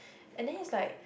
and then is like